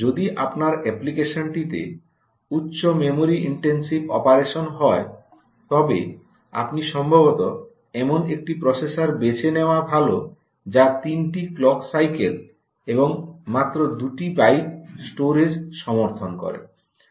যদি আপনার অ্যাপ্লিকেশনটিতে উচ্চ মেমরি ইনটেনসিভ অপারেশন হয় তবে আপনি সম্ভবত এমন একটি প্রসেসর বেছে নেওয়া ভাল যা 3 টি ক্লক সাইকেল এবং মাত্র দুটি বাইট স্টোরেজ সমর্থন করে